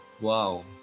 Wow